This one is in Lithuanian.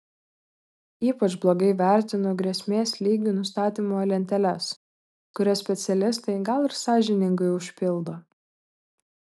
ypač blogai vertinu grėsmės lygių nustatymo lenteles kurias specialistai gal ir sąžiningai užpildo